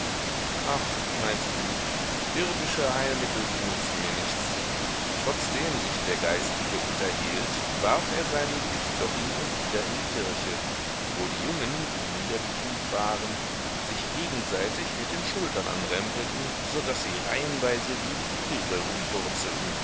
ach meinte sie irdische heilmittel die nutzen mir nichts trotzdem sich der geistliche unterhielt warf er seinen blick doch hin und wieder in die kirche wo die jungen die niedergekniet waren sich gegenseitig mit den schultern anrempelten so daß sie reihenweise wie die kegel